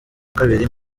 kabiri